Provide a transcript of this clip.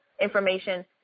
information